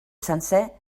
sencer